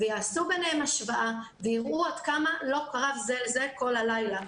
ויעשו ביניהם השוואה ויראו עד כמה לא קרב זה לזה כל הלילה.